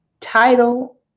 Title